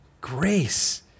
grace